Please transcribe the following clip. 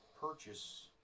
purchase